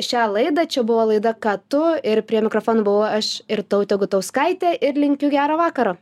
šią laidą čia buvo laida ką tu ir prie mikrofono buvau aš irtautė gutauskaitė ir linkiu gero vakaro